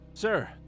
Sir